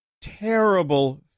terrible